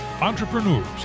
entrepreneurs